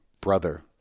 brother